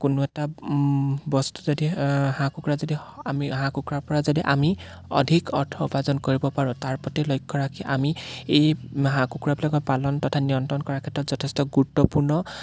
কোনো এটা বস্তু যদি হাঁহ কুকুৰা যদি আমি হাঁহ কুকুৰাৰপৰা যদি আমি অধিক অৰ্থ উপাৰ্জন কৰিব পাৰোঁ তাৰ প্ৰতি লক্ষ্য ৰাখি আমি এই হাঁহ কুকুৰাবিলাকৰ পালন তথা নিয়ন্ত্ৰণ কৰাৰ ক্ষেত্ৰত যথেষ্ট গুৰুত্বপূৰ্ণ